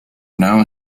now